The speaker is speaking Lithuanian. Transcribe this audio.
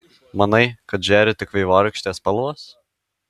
manai kad žėri tik vaivorykštės spalvos